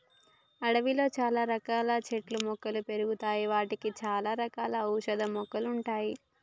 అడవిలో చాల రకాల చెట్లు మొక్కలు పెరుగుతాయి వాటిలో చాల రకాల ఔషధ మొక్కలు ఉంటాయి